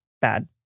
bad